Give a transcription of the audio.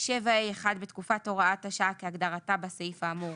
7ה1 בתקופת הוראת השעה כהגדרתה בסעיף האמור